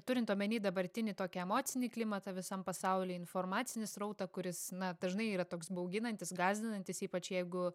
turint omeny dabartinį tokį emocinį klimatą visam pasauly informacinį srautą kuris na dažnai yra toks bauginantis gąsdinantis ypač jeigu